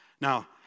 Now